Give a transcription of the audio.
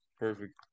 Perfect